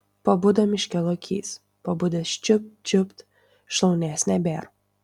pabudo miške lokys pabudęs čiupt čiupt šlaunies nebėr